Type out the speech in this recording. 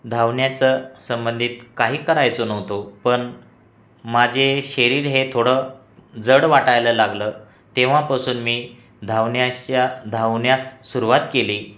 धावण्याचं संबंधित काही करायचो नव्हतो पण माझे शरीर हे थोडं जड वाटायला लागलं तेव्हापासून मी धावण्याच्या धावण्यास सुरुवात केली